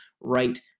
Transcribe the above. right